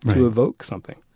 but to evoke something.